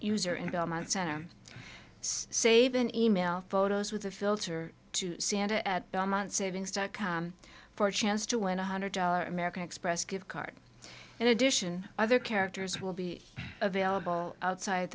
belmont center save an e mail photos with a filter to santa at belmont savings dot com for a chance to win a hundred dollar american express gift card in addition other characters will be available outside